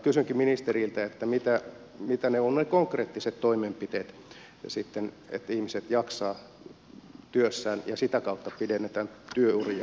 kysynkin ministeriltä mitä ovat ne konkreettiset toimenpiteet niin että ihmiset sitten jaksavat työssään ja sitä kautta pidennetään työuria